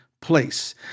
place